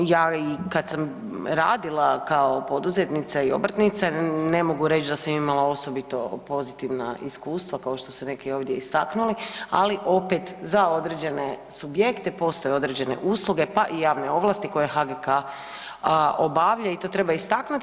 Ja i kad sam radila kao poduzetnica i obrtnica, ne mogu reći da sam imala osobito pozitivna iskustva, kao što su neki ovdje istaknuli, ali opet za određene subjekte postoje određene usluge, pa i javne ovlasti koje HGK obavlja i to treba istaknuti.